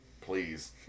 Please